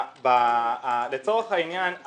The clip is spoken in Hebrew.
לצורך העניין,